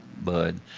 Bud